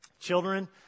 Children